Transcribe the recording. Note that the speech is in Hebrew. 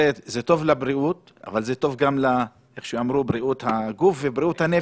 זה טוב לבריאות הגוף והנפש.